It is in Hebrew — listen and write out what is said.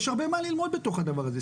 יש הרבה מה ללמוד בתוך הדבר הזה,